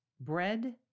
bread